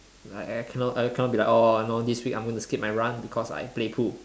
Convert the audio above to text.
like I cannot I cannot be like orh you know this week I'm going to skip my run because I play pool